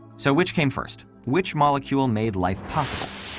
so which came first? which molecule made life possible?